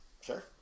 Sure